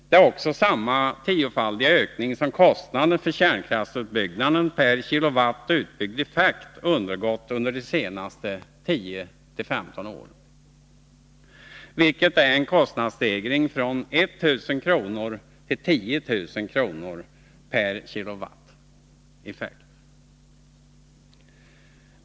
Det är samma tiofaldiga ökning som kostnaden för kärnkraftsutbyggnaden per kilowatt utbyggd eleffekt undergått under de senaste 10-15 åren, nämligen en kostnadsstegring från 1 000 till 10 000 kr./kW utbyggd effekt.